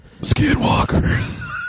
Skinwalkers